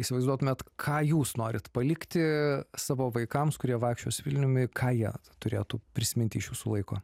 įsivaizduotumėt ką jūs norit palikti savo vaikams kurie vaikščios vilniumi ką jie turėtų prisiminti iš jūsų laiko